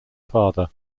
father